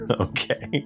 Okay